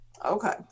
Okay